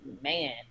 man